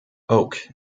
oak